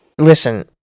Listen